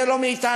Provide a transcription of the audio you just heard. זה לא מאתנו.